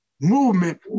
movement